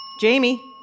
Jamie